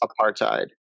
apartheid